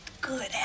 good